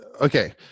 okay